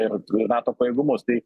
ir nato pajėgumus tai